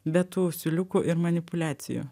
be tų siūliukų ir manipuliacijų